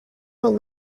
while